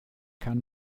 kann